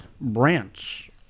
branch